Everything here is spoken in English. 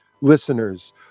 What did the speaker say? listeners